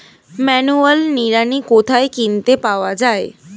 Manual নিড়ানি কোথায় কিনতে পাওয়া যায়?